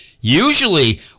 usually